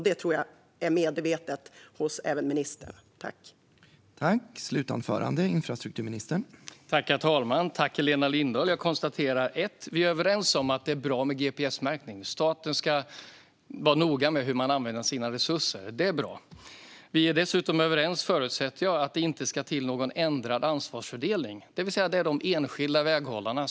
Det tror jag att även ministern är medveten om.